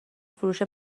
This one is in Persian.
فروش